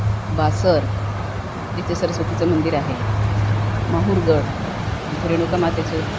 बासर जिथे सरस्वतीचं मंदिर आहे माहूरगड जिथे रेणुकामातेचं